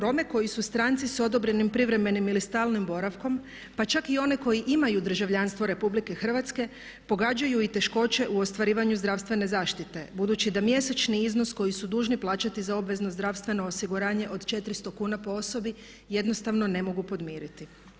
Rome koji su stranci s odobrenim privremenim ili stalnim boravkom pa čak i one koji imaju državljanstvo RH pogađaju i teškoće u ostvarivanju zdravstvene zaštite budući da mjesečni iznos koji su dužni plaćati za obvezno zdravstveno osiguranje od 400 kuna po osobi jednostavno ne mogu podmiriti.